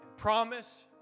Promise